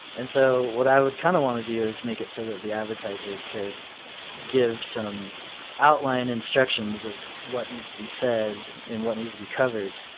and so what i would kind of want to do is make it so that the advertiser could give some outline instructions of what needs to be said and what needs to be covered,